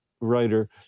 writer